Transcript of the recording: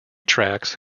tracks